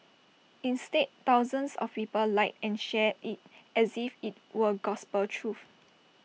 instead thousands of people liked and shared IT as if IT were gospel truth